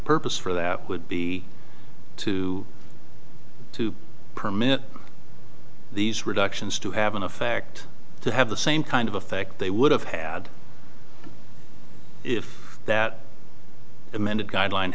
purpose for that would be to permit these reductions to have an effect to have the same kind of effect they would have had if that amended guideline